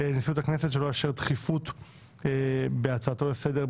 שלא לאשר דחיפות הצעתו לסדר-היום,